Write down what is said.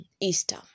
Easter